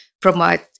promote